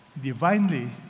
Divinely